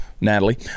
Natalie